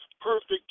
Perfect